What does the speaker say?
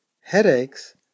headaches